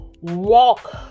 walk